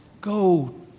go